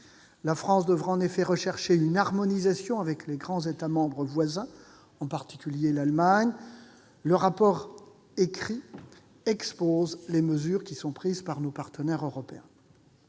la France devra, en effet, rechercher une harmonisation avec les grands États membres voisins, en particulier avec l'Allemagne. Le rapport écrit expose les mesures prises par nos partenaires européens.